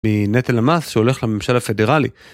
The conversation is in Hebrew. נטל המס שהולך לממשל הפדרלי.